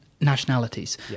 nationalities